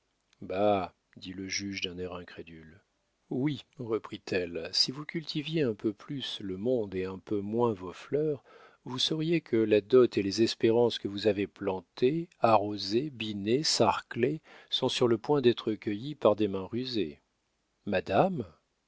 bah dit le juge d'un air incrédule oui reprit-elle si vous cultiviez un peu plus le monde et un peu moins vos fleurs vous sauriez que la dot et les espérances que vous avez plantées arrosées binées sarclées sont sur le point d'être cueillies par des mains rusées madame